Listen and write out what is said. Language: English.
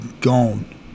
gone